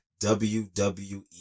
wwe